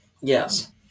Yes